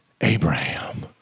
Abraham